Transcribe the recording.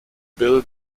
bill